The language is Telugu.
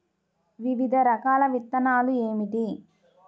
వివిధ రకాల విత్తనాలు ఏమిటి?